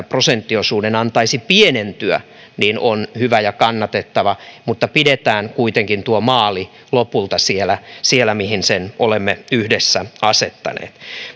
prosenttiosuuden antaisi pienentyä on hyvä ja kannatettava mutta pidetään kuitenkin tuo maali lopulta siellä siellä mihin sen olemme yhdessä asettaneet